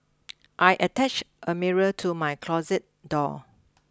I attach a mirror to my closet door